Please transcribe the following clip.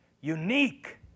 Unique